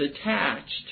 attached